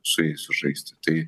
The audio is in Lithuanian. su jais sužaisti tai